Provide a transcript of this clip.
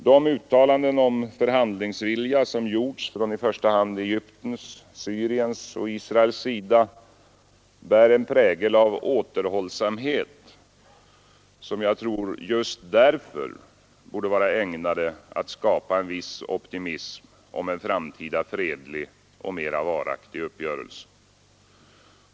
De uttalanden om förhandlingsvilja som gjorts från i första hand Egyptens, Syriens och Israels sida bär en prägel av återhållsamhet och borde just därför vara ägnade att skapa en viss optimism om en framtida fredlig och mera varaktig uppgörelse.